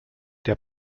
der